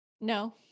No